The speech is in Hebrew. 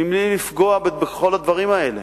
מבלי לפגוע בכל הדברים האלה.